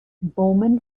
bowman